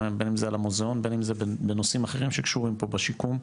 בין אם זה למוזיאון ובין אם זה בנושאים אחרים שקשורים פה בשיכון,